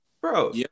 bro